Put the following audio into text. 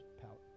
palette